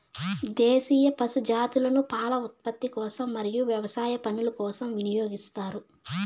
దేశీయ పశు జాతులను పాల ఉత్పత్తి కోసం మరియు వ్యవసాయ పనుల కోసం వినియోగిస్తారు